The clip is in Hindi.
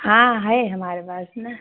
हाँ है हमारे पास ना